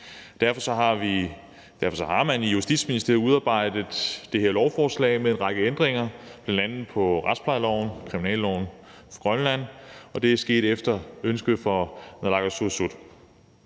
Derfor har man i Justitsministeriet udarbejdet det her lovforslag med en række ændringer bl.a. af retsplejeloven for Grønland og kriminalloven for Grønland, og det er sket efter ønske fra Naalakkersuisut.